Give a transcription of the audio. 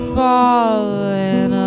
falling